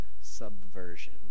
subversion